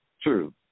True